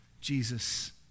Jesus